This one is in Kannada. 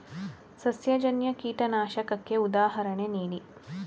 ಸಸ್ಯಜನ್ಯ ಕೀಟನಾಶಕಕ್ಕೆ ಉದಾಹರಣೆ ನೀಡಿ?